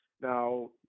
Now